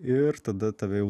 ir tada tave jau